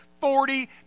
Forty